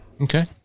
Okay